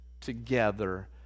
together